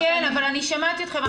כן, אבל אני שמעתי אתכם.